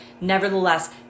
nevertheless